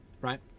right